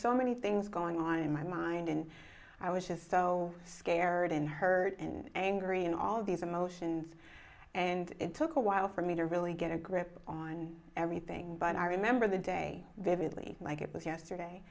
so many things going on in my mind and i was just so scared and hurt and angry and all these emotions and it took a while for me to really get a grip on everything but i remember the day vividly like it was yesterday